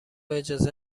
اجازه